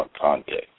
context